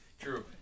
True